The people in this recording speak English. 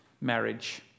Marriage